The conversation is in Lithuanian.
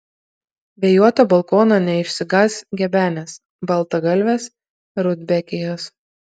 vėjuoto balkono neišsigąs gebenės baltagalvės rudbekijos